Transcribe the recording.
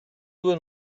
due